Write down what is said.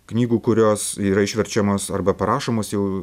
knygų kurios yra išverčiamos arba parašomos jau